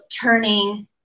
turning